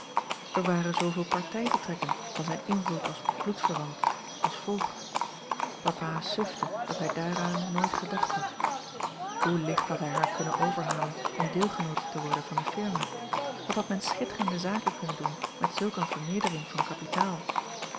er ware zooveel partij te trekken van zijn invloed als bloedverwant als voogd papa sufte dat hij daaraan nooit gedacht had hoe licht had hij haar kunnen overhalen om deelgenoote te worden van de firma wat had men schitterende zaken kunnen doen met zulk eene vermeerdering van kapitaal